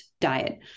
diet